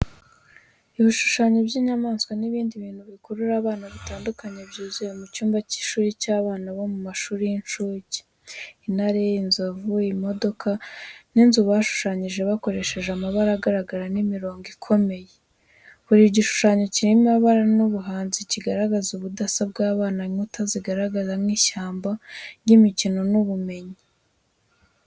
Ibishushanyo by’inyamaswa n'ibindi bintu bikurura abana bitandukanye byuzuye mu cyumba cy’ishuri cy’abana bo mu mashuri y’incuke, intare, inzovu, imodoka n’inzu bashushanyije bakoresheje amabara agaragara n’imirongo ikomeye. Buri gishushanyo kirimo ibara n’ubuhanzi, kigaragaza ubudasa bw’abana. Inkuta zigaragara nk’ishyamba ry’imikino n’ubumenyi.